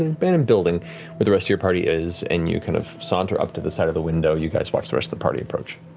abandoned building where the rest of your party is and you kind of saunter up to the side of the window, you guys watch the rest of the party approach.